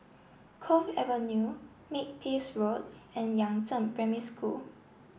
Cove Avenue Makepeace Road and Yangzheng Primary School